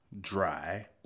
dry